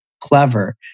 clever